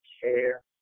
care